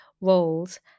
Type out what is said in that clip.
roles